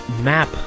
map